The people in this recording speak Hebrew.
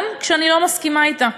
גם כשאני לא מסכימה אתם.